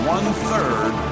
One-third